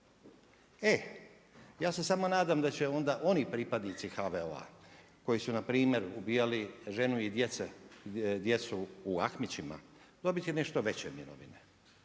E ja se samo nadam da će onda oni pripadnici HVO-a koji su npr. ubijali žene i djecu u Ahmićima dobiti nešto veće mirovine.